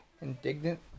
Indignant